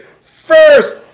first